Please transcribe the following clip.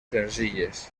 senzilles